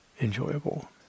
enjoyable